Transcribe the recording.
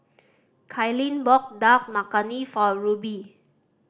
Kailyn bought Dal Makhani for Ruby